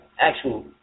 actual